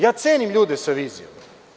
Ja cenim ljude sa vizijom.